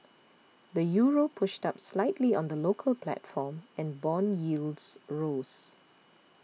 the Euro pushed up slightly on the local platform and bond yields rose